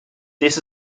this